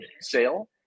sale